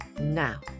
Now